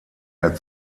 der